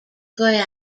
royal